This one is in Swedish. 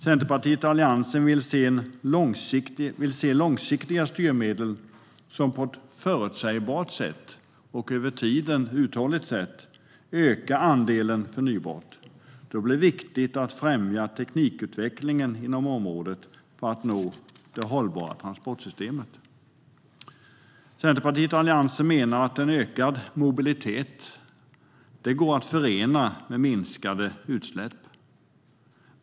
Centerpartiet och Alliansen vill se långsiktiga styrmedel som på ett förutsägbart och över tiden uthålligt sätt gör att andelen förnybart ökar. Då blir det viktigt att främja teknikutvecklingen inom området för att nå det hållbara transportsystemet. Centerpartiet och Alliansen menar att en ökad mobilitet går att förena med minskade utsläpp.